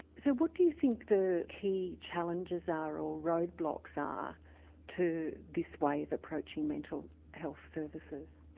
so what do you think the key challenges are or roadblocks are to this way of approaching mental health services?